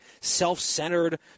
self-centered